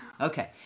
Okay